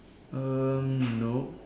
uh nope